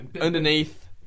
underneath